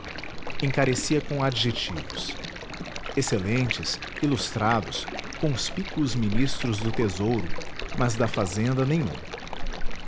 encarecia com adjetivos excelentes ilustrados conspícuos ministros do tesouro mas da fazenda nenhum